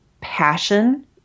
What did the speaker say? passion